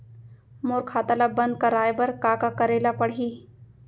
मोर खाता ल बन्द कराये बर का का करे ल पड़ही?